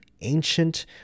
ancient